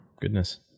Goodness